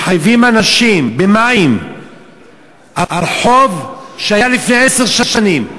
מחייבים אנשים על חוב שהיה לפני עשר שנים.